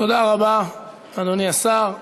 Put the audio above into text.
תודה רבה, אדוני השר.